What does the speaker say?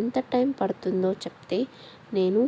ఎంత టైం పడుతుందో చెప్తే నేను